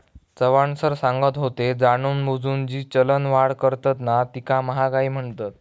Chavan sir सांगत होते, जाणूनबुजून जी चलनवाढ करतत ना तीका महागाई म्हणतत